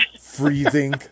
freezing